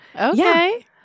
Okay